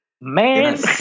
Man